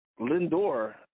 Lindor